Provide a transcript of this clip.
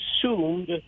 assumed